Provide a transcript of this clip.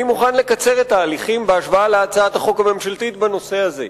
אני מוכן לקצר את ההליכים בהשוואה להצעת החוק הממשלתית בנושא הזה.